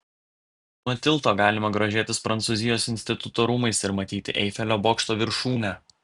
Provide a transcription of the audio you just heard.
nuo tilto galima grožėtis prancūzijos instituto rūmais ir matyti eifelio bokšto viršūnę